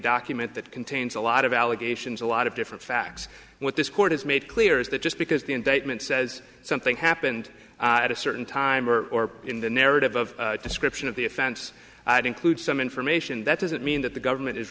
document that contains a lot of allegations a lot of different facts what this court has made clear is that just because the indictment says something happened at a certain time or in the narrative of description of the offense includes some information that doesn't mean that the government is